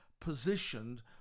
positioned